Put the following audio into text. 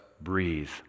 breathe